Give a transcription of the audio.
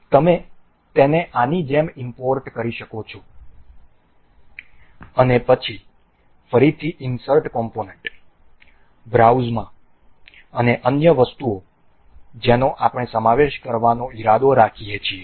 તમે તેને આની જેમ ઈમ્પોર્ટ કરી શકો છો અને પછી ફરીથી ઇન્સર્ટ કોમ્પોનન્ટ બ્રાઉઝમાં અને અન્ય વસ્તુઓ જેનો આપણે સમાવેશ કરવાનો ઇરાદો રાખીએ છીએ